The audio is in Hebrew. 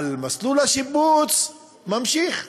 אבל מסלול השיבוץ נמשך,